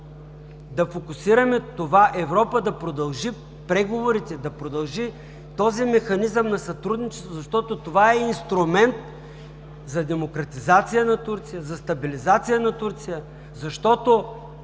да фокусираме това Европа да продължи преговорите, да продължи този механизъм на сътрудничество, защото това е инструмент за демократизация на Турция, за стабилизация на Турция. Защото,